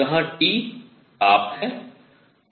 जहां T ताप है